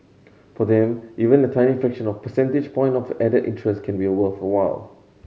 for them even a tiny fraction of percentage point of added interest can be worthwhile